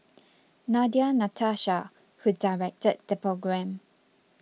Nadia Natasha who directed the programme